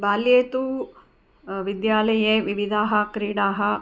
बाल्ये तु विद्यालये विविधाः क्रीडाः